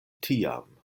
tiam